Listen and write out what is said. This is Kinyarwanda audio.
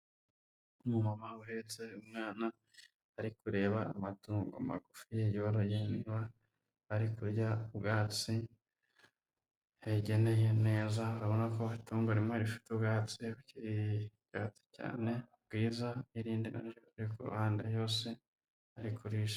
Umumama uhetse umwana, ari kureba amatungo magufi yoroye, niba ari kurya ubwatsi yayageneye neza, urabona ko itungo rimwe rifite ubwatsi bukiri icyatsi cyane bwiza, n'irindi riri ku ruhanda yose ari kurisha.